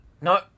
No